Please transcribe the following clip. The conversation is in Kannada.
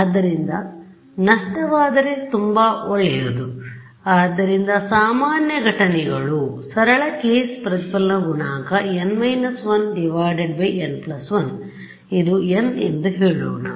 ಆದ್ದರಿಂದ ನಷ್ಟವಾದರೆ ತುಂಬಾ ಒಳ್ಳೆಯದು ಆದ್ದರಿಂದ ಸಾಮಾನ್ಯ ಘಟನೆಗಳು ಸರಳ ಕೇಸ್ ಪ್ರತಿಫಲನ ಗುಣಾಂಕ n1 ಇದು n ಎಂದು ಹೇಳೋಣ